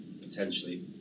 potentially